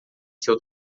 seu